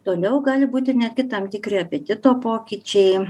toliau gali būti netgi tam tikri apetito pokyčiai